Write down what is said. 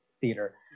theater